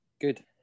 Good